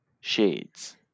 Shades